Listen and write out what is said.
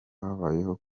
habayeho